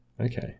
Okay